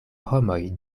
homoj